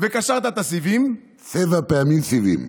קשרת את הסיבים, שבע פעמים סיבים.